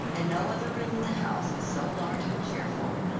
and no other room in the house is so large and cheerful.